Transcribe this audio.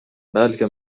بلکه